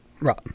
Right